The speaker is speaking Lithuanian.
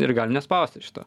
ir gali nespausti šito